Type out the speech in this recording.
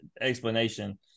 explanation